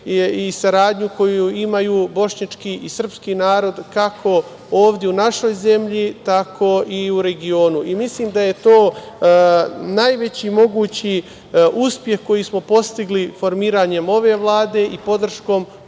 i saradnju koju imaju bošnjački i srpski narod kako ovde u našoj zemlji, tako i u regionu i mislim da je to najveći mogući uspeh koji smo postigli formiranjem ove Vlade i podrškom